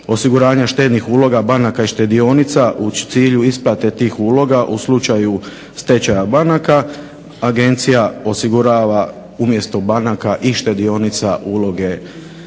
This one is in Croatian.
osiguravanja štednih uloga banaka i štedionica u cilju isplate tih uloga u slučaju stečaja banaka, Agencija osigurava umjesto banaka i štedionica uloge